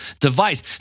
device